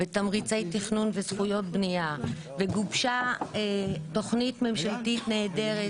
ותמריצי תכנון וזכויות בניה וגובשה תוכנית ממשלתית נהדרת,